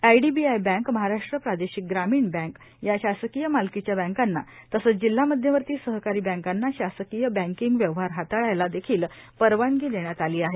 IDBI bank Maharashtra प्रादेशिक ग्रामीण bank या शासकीय मालकीच्या बँकांना तसंच जिल्हा मध्यवर्ती सहकारी बँकांना शासकीय बँकिंग व्यवहार हाताळायला देखील परवानगी देण्यात आली आहे